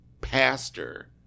pastor